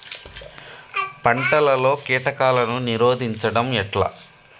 పంటలలో కీటకాలను నిరోధించడం ఎట్లా?